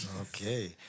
Okay